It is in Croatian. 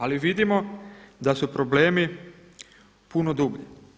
Ali vidimo da su problemi puno dublji.